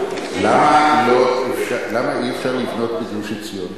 למה אי-אפשר לבנות בגוש-עציון?